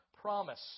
promise